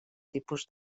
tipus